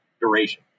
duration